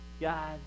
God